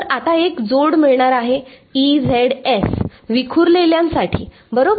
तर आताएक जोड मिळणार आहे विखुरलेल्यांसाठी बरोबर